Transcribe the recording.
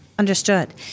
Understood